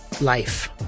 life